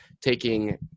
taking